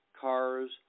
cars